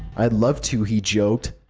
i'd love to, he joked.